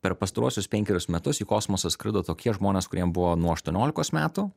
per pastaruosius penkerius metus į kosmosą skrido tokie žmonės kuriem buvo nuo aštuoniolikos metų